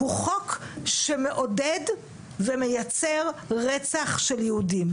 הוא חוק שמעודד ומייצר רצח של יהודים,